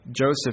Joseph